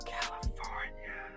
California